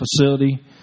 facility